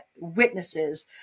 Witnesses